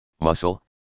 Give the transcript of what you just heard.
muscle